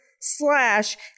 slash